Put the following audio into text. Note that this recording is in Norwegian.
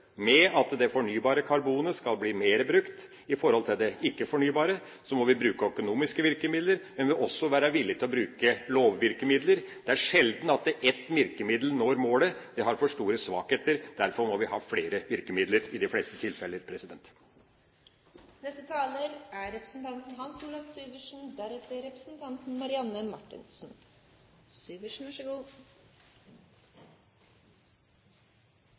med at det fornybare karbonet skal bli mer brukt i forhold til det ikke-fornybare, må bruke økonomiske virkemidler, men vi må også være villige til å bruke lovvirkemidler. Det er sjelden at ett virkemiddel når målet. Det har for store svakheter, derfor må vi ha flere virkemidler i de fleste tilfeller.